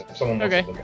okay